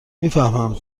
میفهمم